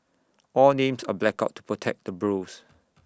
all names are blacked out to protect the bros